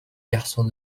يحصل